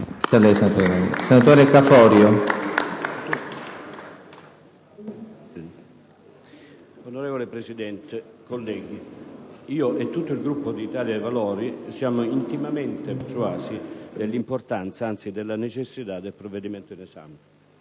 Ne ha facoltà. CAFORIO *(IdV)*. Onorevole Presidente, colleghi, io e tutto il Gruppo dell'Italia dei Valori siamo intimamente persuasi dell'importanza, anzi della necessità, del provvedimento in esame.